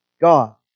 God